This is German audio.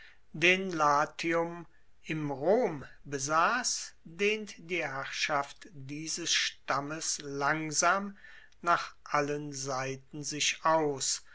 den latium im rom besass dehnt die herrschaft dieses stammes langsam nach allen seiten sich aus